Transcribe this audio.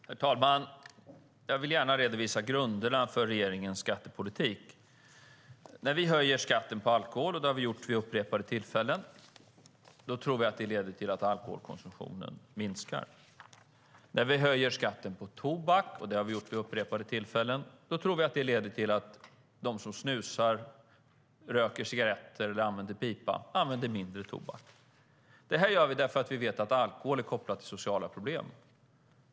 Herr talman! Jag vill gärna redovisa grunderna för regeringens skattepolitik. När vi höjer skatten på alkohol, vilket vi gjort vid upprepade tillfällen, tror vi att det leder till att alkoholkonsumtionen minskar. När vi höjer skatten på tobak, vilket vi också gjort vid upprepade tillfällen, tror vi att det leder till att de som snusar, röker cigaretter eller använder pipa brukar mindre tobak. Det här gör vi därför att vi vet att alkoholen är kopplad till sociala problem.